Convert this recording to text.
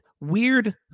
weird